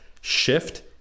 shift